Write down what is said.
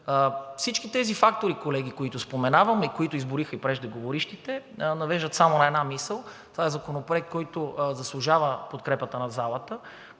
Всички тези фактори, колеги, които споменавам и които изброиха и преждеговорившите, навеждат само на една мисъл, това е Законопроект, който заслужава подкрепата на залата,